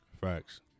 Facts